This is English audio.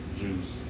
juice